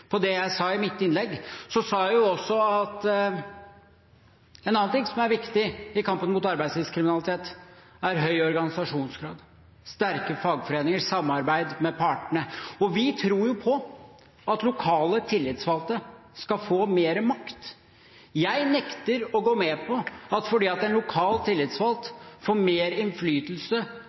– det jeg sa i mitt innlegg, hadde hun hørt at jeg sa at en annen ting som er viktig i kampen mot arbeidslivskriminalitet, er høy organisasjonsgrad, sterke fagforeninger og samarbeid med partene. Vi tror på at lokale tillitsvalgte skal få mer makt. Jeg nekter å gå med på at om en lokal tillitsvalgt får mer innflytelse